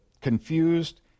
confused